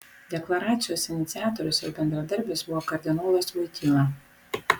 deklaracijos iniciatorius ir bendradarbis buvo kardinolas voityla